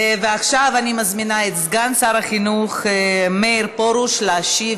עכשיו אני מזמינה את סגן שר החינוך מאיר פרוש להשיב